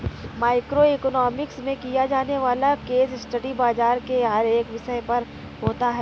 micro economics में किया जाने वाला केस स्टडी बाजार के हर एक विषय पर होता है